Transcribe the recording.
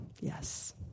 Yes